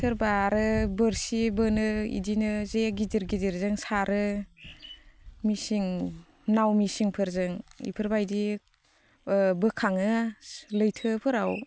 सोरबा आरो बोरसि बोनो बिदिनो जे गिदिर गिदिरजों सारो मेसिंन नाव मेसिनफोरजों बेफोरबायदि बोखाङो लैथोफोराव